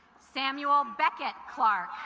samuel beckett clark